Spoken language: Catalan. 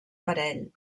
parell